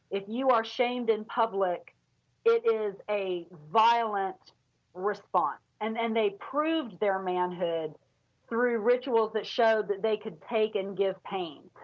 if you are shamed in public it is a violent response. and then they proved their manhood through rituals they showed that they can take and give pain.